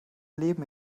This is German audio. leben